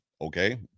Okay